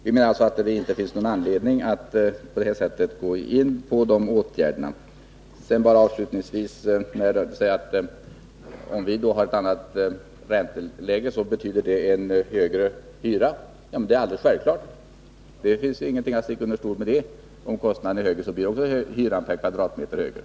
Vi menar alltså att det inte finns någon anledning att tillgripa de åtgärder som Oskar Lindkvist talar för. Avslutningsvis vill jag bara säga att det är självklart att ett högre ränteläge betyder högre hyror. Det finns ingen anledning att sticka under stol med det.